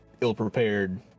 ill-prepared